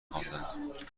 خواندند